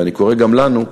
ואני קורא גם לנו,